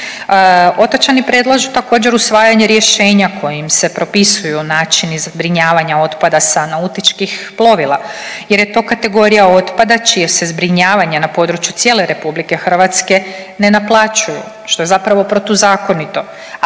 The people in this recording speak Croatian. Otočani predlažu također usvajanje rješenja kojim se propisuju načini zbrinjavanja otpada sa nautičkih plovila, jer je to kategorija otpada čije se zbrinjavanje na području cijele Republike Hrvatske ne naplaćuju što je zapravo protuzakonito,